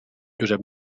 josep